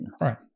Right